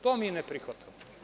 To mi ne prihvatamo.